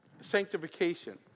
sanctification